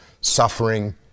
suffering